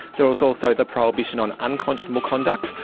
there is also the prohibition on unconscionable conduct,